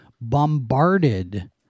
bombarded